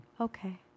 okay